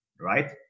right